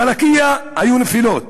בלקיה היו נפילות,